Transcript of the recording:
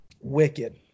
wicked